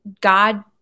God-